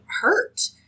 hurt